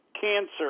cancer